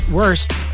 worst